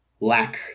lack